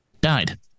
died